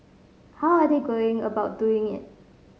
how are they going about doing it